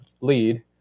lead